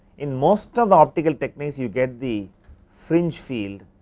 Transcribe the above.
in most of the optical techniques you get the fringe feel,